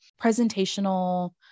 presentational